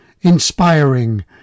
inspiring